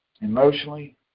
emotionally